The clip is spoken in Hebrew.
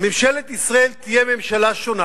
ממשלת ישראל תהיה ממשלה שונה